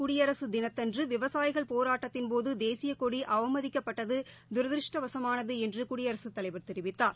குடியரசு தினத்தன்று விவசாயிகள் போராட்டத்தின் போது தேசியக்கொடி நாட்டின் அவமதிக்கப்பட்டது தரதிருஷ்டவசமானது என்று குடியரசுத் தலைவர் தெரிவித்தார்